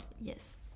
Yes